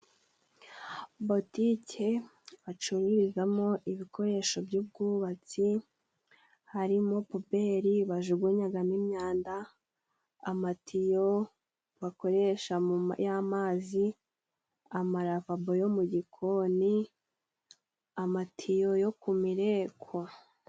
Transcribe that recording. Botike bacururizamo ibikoresho by'ubwubatsi harimo pubeli bajugunyagamo imyanda amatiyo bakoresha y'amazi amaravabo yo mu gikoni amatiyo yo ku mireko.